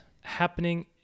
happening